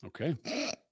Okay